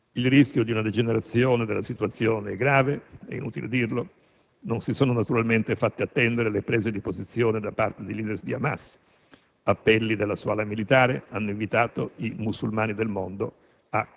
Il rischio di una degenerazione della situazione è grave, è inutile dirlo. Naturalmente, non si sono fatte attendere le prese di posizione da parte dei *leader* di Hamas. Appelli della sua ala militare hanno invitato «i musulmani del mondo»